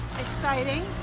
Exciting